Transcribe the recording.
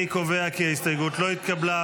אני קובע כי ההסתייגות לא התקבלה.